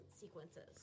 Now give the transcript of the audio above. sequences